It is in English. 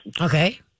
Okay